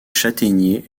châtaigniers